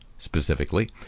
specifically